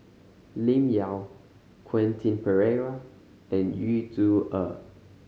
Lim Yau Quentin Pereira and Yu Zhuye